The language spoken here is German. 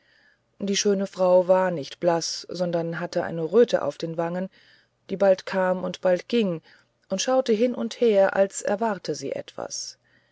die schöne frau war nicht blaß sondern hatte eine röte auf den wangen die bald kam und bald ging und schaute hin und her als erwarte sie etwas